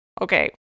okay